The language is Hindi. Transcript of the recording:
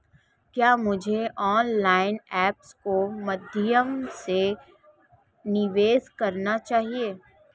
क्या मुझे ऑनलाइन ऐप्स के माध्यम से निवेश करना चाहिए?